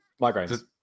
Migraines